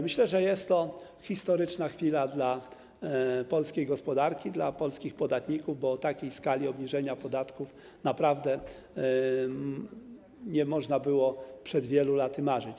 Myślę, że jest to historyczna chwila dla polskiej gospodarki, dla polskich podatników, bo o takiej skali obniżenia podatków naprawdę nie można było przed wielu laty marzyć.